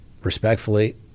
Respectfully